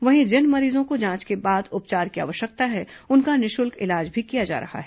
वहीं जिन मरीजों को जांच के बाद उपचार की आवश्यकता है उनका निःशुल्क इलाज भी किया जा रहा है